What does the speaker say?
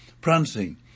prancing